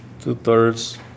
Two-thirds